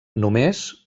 només